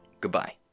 Goodbye